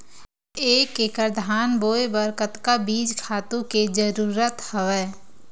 एक एकड़ धान बोय बर कतका बीज खातु के जरूरत हवय?